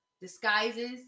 disguises